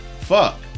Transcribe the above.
fuck